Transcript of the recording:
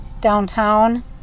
downtown